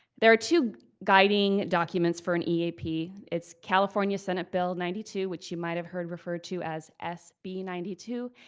there are two guiding documents for an eap. it's california senate bill ninety two, which you might have heard referred to as sb ninety two,